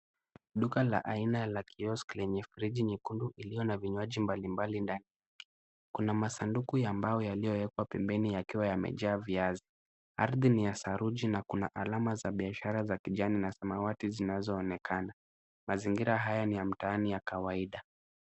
Duka la aina la kioski lenye friji nyekundu iliyo na vinywaji mbalimbali ndani. Kuna masanduku ya mbao yaliyowekwa pembeni yakiwa yamejaa viazi. Ardhi ni ya saruji na kuna alama za biashara za kijani na samawati zinazonekana. Mazingira haya ni mtaani ya kawaida.